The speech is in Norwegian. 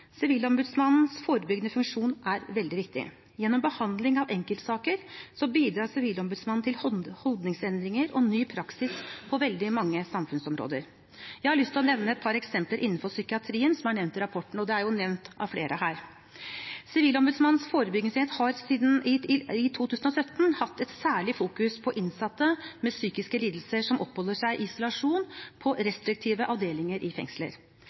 Sivilombudsmannens forebyggende funksjon er veldig viktig. Gjennom behandling av enkeltsaker bidrar Sivilombudsmannen til holdningsendringer og ny praksis på veldig mange samfunnsområder. Jeg har lyst til å nevne et par eksempler innenfor psykiatrien som er nevnt i rapporten. Det er nevnt av flere her. Sivilombudsmannens forebyggingsenhet har siden 2017 fokusert særlig på innsatte med psykiske lidelser som oppholder seg i isolasjon på restriktive avdelinger i fengsler.